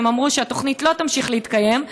והם אמרו שהתוכנית לא תמשיך להתקיים.